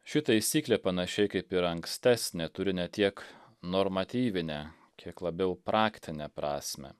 ši taisyklė panašiai kaip ir ankstesnė turi ne tiek normatyvinę kiek labiau praktinę prasmę